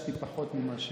ביקשתי פחות ממה,